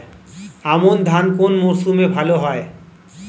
আমন ধান কোন মরশুমে ভাল হয়?